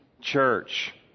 Church